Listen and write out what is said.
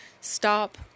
Stop